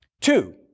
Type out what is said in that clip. Two